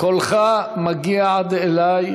קולך מגיע עד אלי,